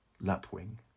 Lapwing